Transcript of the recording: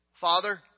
Father